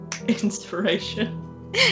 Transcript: inspiration